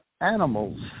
animals